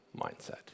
mindset